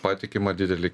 patikimą didelį